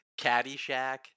Caddyshack